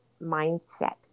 mindset